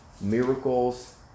miracles